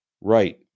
right